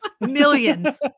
Millions